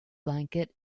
blanket